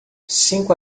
cinco